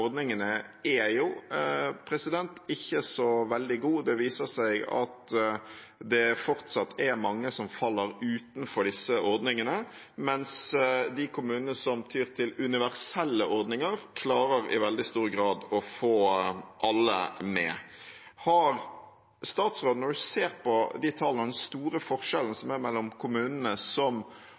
er jo ikke så veldig gode. Det viser seg at det fortsatt er mange som faller utenfor disse ordningene, mens de kommunene som tyr til universelle ordninger, i veldig stor grad klarer å få alle med. Har statsråden – når hun ser på de store forskjellene som er mellom kommunene som